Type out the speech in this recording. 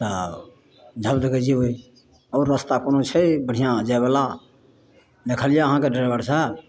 तऽ धब दऽ कऽ जेबै आओर रस्ता कोनो छै बढ़िआँ जाएबला देखल यऽ अहाँके ड्राइबर साहेब